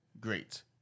Great